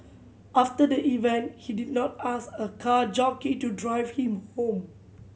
after the event he did not ask a car jockey to drive him home